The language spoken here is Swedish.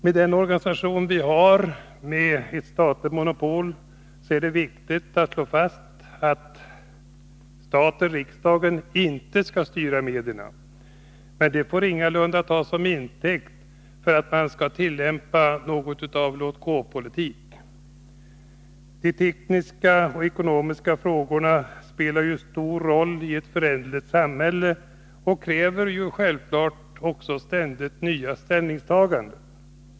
Med den organisation vi har med ett statligt monopol är det viktigt att slå fast att staten/riksdagen inte skall styra medierna. Men detta får ingalunda tas som intäkt för att man skall tillämpa något av en låtgåpolitik. De tekniska och ekonomiska frågorna spelar stor roll i ett föränderligt samhälle och kräver självklart ständigt nya ställningstaganden.